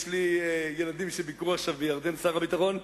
יש לי ילדים שביקרו עכשיו בירדן, שר הביטחון.